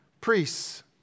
priests